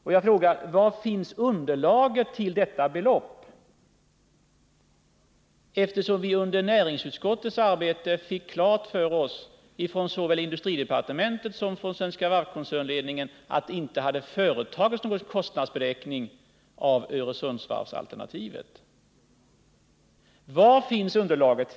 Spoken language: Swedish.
Får jag fråga: Var finns underlaget till detta belopp? Vi fick under näringsutskottets arbete klart för oss — såväl från industridepartementet som från Svenska Varvs koncernledning — att det inte hade företagits någon kostnadsberäkning av Öresundsvarvsalternativet. Var finns underlaget?